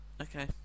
okay